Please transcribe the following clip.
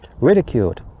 ridiculed